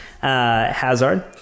Hazard